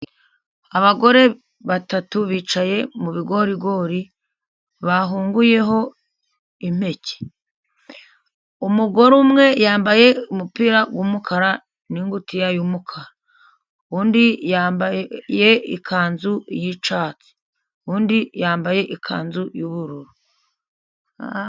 Abagore batatu bicaye mu bigorigori bahunguyeho impeke. Umugore umwe yambaye umupira w'umukara n'ingutiya y'umukara, undi yambaye ikanzu y'icyatsi, undi yambaye ikanzu y'ubururu.